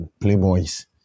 playboys